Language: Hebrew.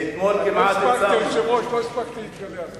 אדוני היושב-ראש, לא הספקתי להתגלח.